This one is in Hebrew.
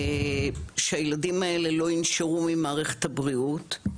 שהילדים האלה לא ינשרו ממערכת הבריאות.